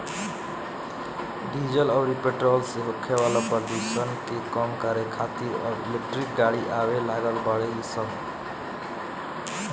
diesel अउरी petrol से होखे वाला प्रदुषण के कम करे खातिर अब इलेक्ट्रिक गाड़ी आवे लागल बाड़ी सन